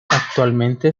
actualmente